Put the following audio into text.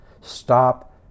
Stop